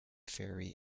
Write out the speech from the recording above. theory